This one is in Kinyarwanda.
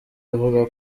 ivuga